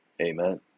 Amen